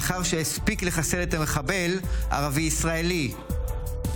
בשעה 16:00.